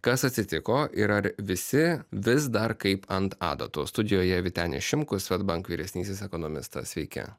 kas atsitiko ir ar visi vis dar kaip ant adatų studijoje vytenis šimkus swedbank vyresnysis ekonomistas sveiki